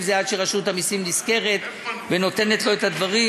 זה עד שרשות המסים נזכרת ונותנת לו את הדברים.